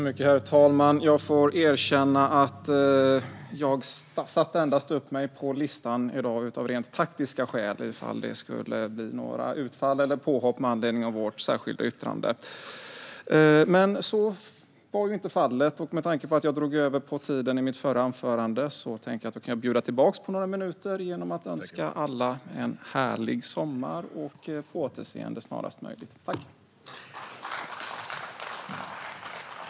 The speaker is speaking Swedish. Herr talman! Jag får erkänna att jag satte upp mig på listan i dag av rent taktiska skäl, ifall det skulle bli några utfall eller påhopp med anledning av vårt särskilda yttrande. Så blev inte fallet, och med tanke på att jag drog över tiden i mitt förra anförande vill jag bjuda tillbaka några minuter genom att önska alla en härlig sommar och på återseende snarast möjligt. Kommittéberättelse - kommittéernas verk-samhet under 2016